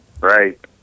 right